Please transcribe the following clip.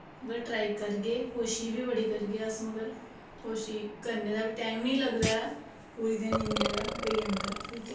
पर ट्राई करगे कोशिश बी बड़ी करगे पर कोशिश करने दा बी टाईम निं लगदा ऐ पूरे दिन इंया गै होई जंदा ऐ ठीक ऐ